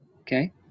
Okay